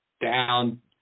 down